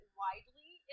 widely